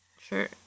sure